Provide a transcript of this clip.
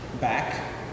back